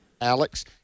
Alex